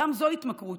גם זו התמכרות